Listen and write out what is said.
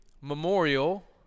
memorial